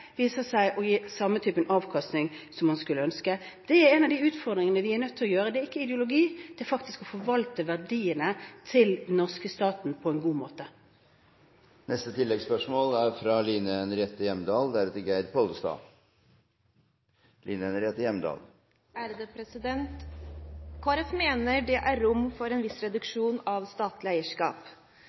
å gi samme type avkastning som man skulle ønske. Det er en av de utfordringene vi er nødt til å ta. Dette er ikke ideologi, det er faktisk å forvalte verdiene til den norske staten på en god måte. Line Henriette Hjemdal – til oppfølgingsspørsmål. Kristelig Folkeparti mener det er rom for en viss reduksjon av statlig eierskap.